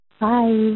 Bye